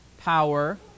power